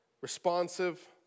responsive